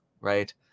right